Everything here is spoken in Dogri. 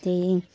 ते